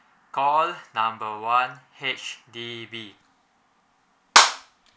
call number one H_D_B